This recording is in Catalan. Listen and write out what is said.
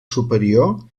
superior